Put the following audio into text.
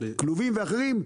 כלובים ודברים אחרים,